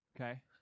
Okay